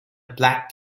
black